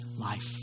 life